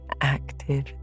active